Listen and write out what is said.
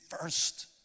first